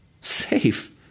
Safe